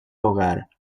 hogar